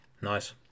Nice